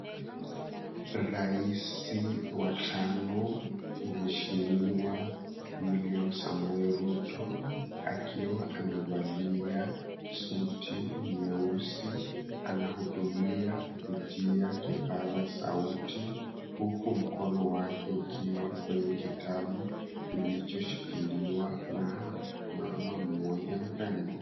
Raisi wa tano mheshimiwa William Samoei Ruto akiwa amevalia suti nyeusi, anahutubia kutumia kipasa sauti huku mkono wake ukiwa kwenye kitabu kilicho shikiliwa na mama mmoja mrembo.